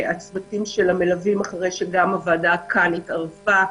הצוותים שלה מלווים גם אחרי שהוועדה כאן התערבה.